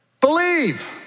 Believe